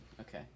okay